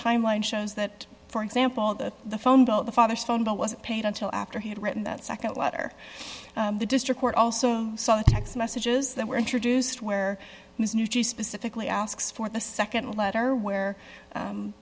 timeline shows that for example that the phone bill the father's phone bill was paid until after he had written that nd letter the district court also saw the text messages that were introduced where it was new to specifically asks for the nd letter where